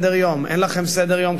אני חושב שאין לכם סדר-יום,